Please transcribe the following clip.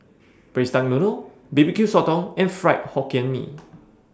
Braised Duck Noodle B B Q Sotong and Fried Hokkien Mee